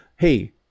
hey